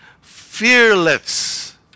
fearless